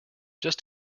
just